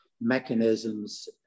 mechanisms